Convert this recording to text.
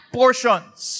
portions